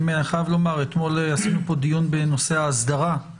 אתמול עשו פה דיון בנושא ההסדרה.